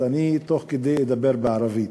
אז אני אדבר בערבית,